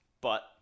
but-